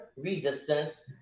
resistance